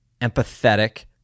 empathetic